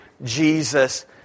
Jesus